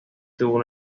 tuvo